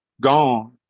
gone